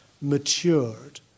matured